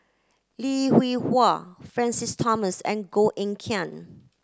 Lim Hwee Hua Francis Thomas and Koh Eng Kian